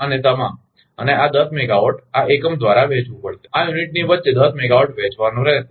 અને તમામ અને આ દસ મેગાવાટ આ એકમ દ્વારા વહેંચવુ પડશે આ એકમ ની વચ્ચે દસ મેગાવાટ વહેંચવાનો રહેશે